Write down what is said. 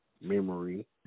memory